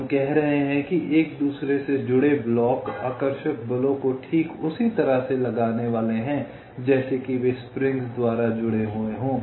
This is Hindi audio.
हम कह रहे हैं कि एक दूसरे से जुड़े ब्लॉक आकर्षक बलों को ठीक उसी तरह से लगाने वाले हैं जैसे कि वे स्प्रिंग्स द्वारा जुड़े हुए हैं